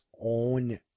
own